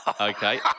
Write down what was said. Okay